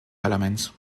parlament